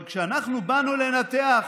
אבל כשאנחנו באנו לנתח,